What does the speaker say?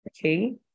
Okay